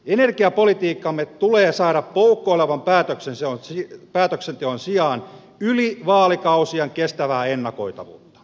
energiapolitiikkaamme tulee saada poukkoilevan päätöksenteon sijaan yli vaalikausien kestävää ennakoitavuutta